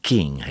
King